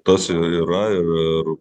tas ir yra ir